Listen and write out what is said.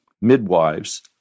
midwives